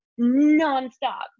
nonstop